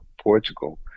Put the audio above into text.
Portugal